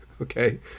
Okay